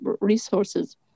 resources